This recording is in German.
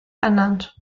ernannt